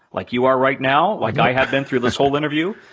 like you are right now, like i have been through this whole interview.